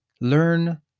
learn